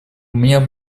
меня